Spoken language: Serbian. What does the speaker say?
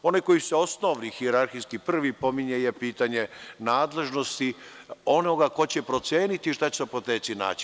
Onaj koji se osnovni, hijerarhijski prvi pominje je pitanje nadležnosti onoga ko će proceniti šta će se u apoteci naći.